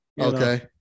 Okay